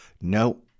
no